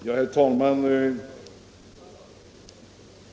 Herr talman!